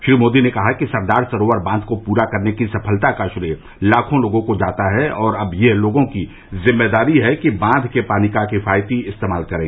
श्री मोदी ने कहा कि सरदार सरोवर बांध को पूरा करने की सफलता का श्रेय लाखों लोगों को जाता है और अब यह लोगों की जिम्मेदारी है कि बांध के पानी का किफायती इस्तेमाल करें